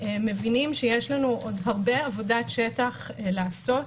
מבינים שיש לנו עוד הרבה עבודת שטח לעשות,